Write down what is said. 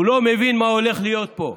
הוא לא מבין מה הולך להיות פה.